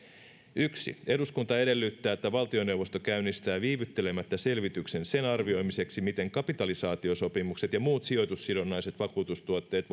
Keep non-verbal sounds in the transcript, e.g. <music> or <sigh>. yksi eduskunta edellyttää että valtioneuvosto käynnistää viivyttelemättä selvityksen sen arvioimiseksi miten kapitalisaatiosopimukset ja muut sijoitussidonnaiset vakuutustuotteet <unintelligible>